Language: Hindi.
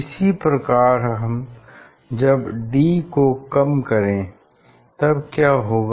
इसी प्रकार जब हम d को कम करें तब क्या होगा